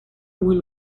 will